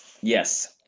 Yes